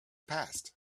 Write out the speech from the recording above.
past